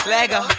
Lego